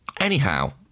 Anyhow